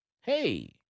Hey